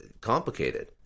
complicated